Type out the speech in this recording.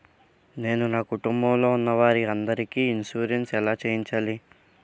నేను నా కుటుంబం లొ ఉన్న వారి అందరికి ఇన్సురెన్స్ ఎలా చేయించాలి?